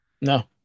No